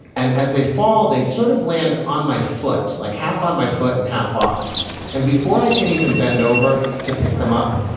and as they fall, they sort of land on my foot, like half on my foot and half off and before i can even bend over to pick them up,